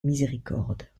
miséricorde